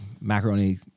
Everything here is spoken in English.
macaroni